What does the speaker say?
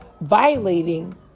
violating